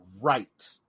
right